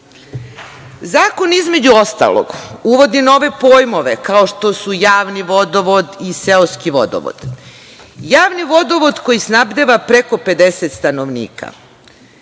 između ostalog uvodi nove pojmove kao što su javni vodovod i seoski vodovod. Javni vodovod koji snabdeva preko 50 stanovnika,